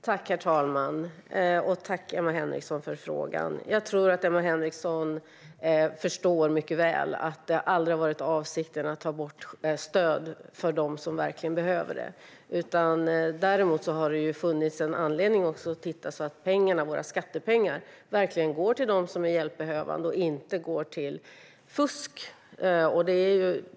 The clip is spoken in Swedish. Herr talman! Jag vill tacka Emma Henriksson för frågan. Jag tror att Emma Henriksson förstår mycket väl att avsikten aldrig har varit att ta bort stöd från dem som verkligen behöver det. Däremot har det funnits anledning att se över detta, så att våra skattepengar verkligen går till dem som är hjälpbehövande och inte till fusk.